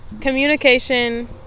Communication